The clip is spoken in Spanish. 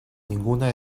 ninguna